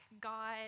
God